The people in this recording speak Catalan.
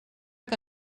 que